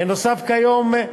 בנוסף, כיום,